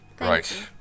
Right